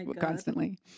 constantly